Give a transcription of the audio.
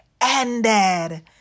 ended